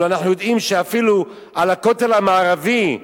אבל אנחנו יודעים שאפילו לכותל המערבי,